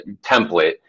template